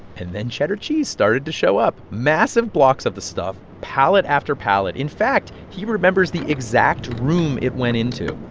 and then cheddar cheese started to show up, massive blocks of the stuff, pallet after pallet. in fact, he remembers the exact room it went into